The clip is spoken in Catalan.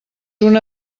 una